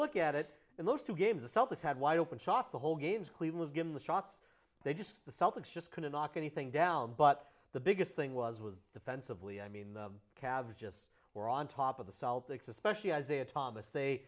look at it in those two games the celtics had wide open shots the whole game's clean was given the shots they just the celtics just couldn't knock anything down but the biggest thing was was defensively i mean the cavs just were on top of the celtics especially isaiah thomas